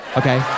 okay